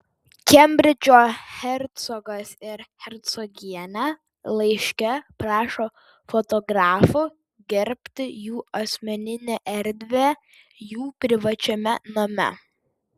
kembridžo hercogas ir hercogienė laiške prašo fotografų gerbti jų asmeninę erdvę jų privačiame name